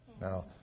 Now